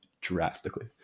drastically